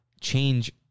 change